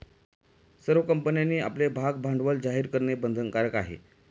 सर्व कंपन्यांनी आपले भागभांडवल जाहीर करणे बंधनकारक आहे